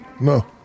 no